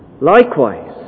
Likewise